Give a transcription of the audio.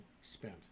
spent